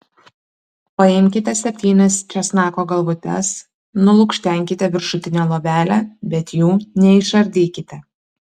paimkite septynias česnako galvutes nulukštenkite viršutinę luobelę bet jų neišardykite